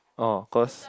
orh cause